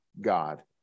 God